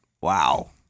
Wow